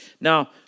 Now